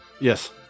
Yes